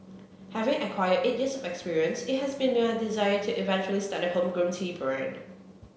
having acquired eight years of experience it has been my desire to eventually start a homegrown tea brand